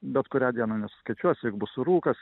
bet kurią dieną nesuskaičiuosi bus rūkas